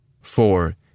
four